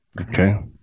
Okay